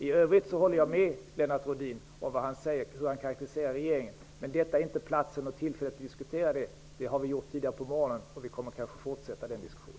I övrigt håller jag med Lennart Rohdin i hans karakteristik över regeringen, men det här är inte det rätta tillfället att diskutera den frågan. Det har vi gjort tidigare på morgonen, och vi kommer kanske att fortsätta med det senare.